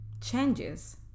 changes